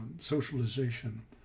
socialization